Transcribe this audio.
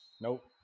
Nope